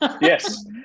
Yes